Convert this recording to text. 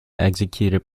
executed